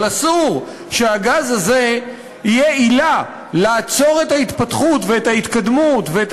אבל אסור שהגז הזה יהיה עילה לעצור את ההתפתחות ואת ההתקדמות ואת